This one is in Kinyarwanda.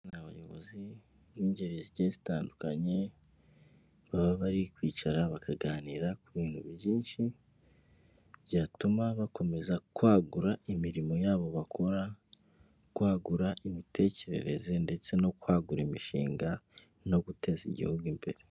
Ni abayobozi b'ingeri zigiye zitandukanye baba bari kwicara bakaganira ku bintu byinshi byatuma bakomeza kwagura imirimo yabo bakora kwagura imitekerereze ndetse no kwagura imishinga no guteza igihugu imbere.